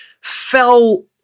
fell